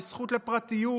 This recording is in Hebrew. בזכות לפרטיות,